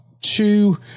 two